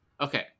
Okay